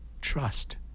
Trust